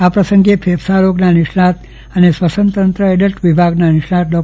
આ પ્રસંગે ફેફસાં રોગનાં અને શ્વસનતંત્ર એડલ્ટ વિભાગના નિષ્ણાંતો ડો